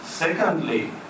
Secondly